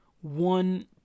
one